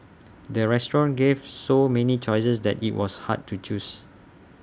the restaurant gave so many choices that IT was hard to choose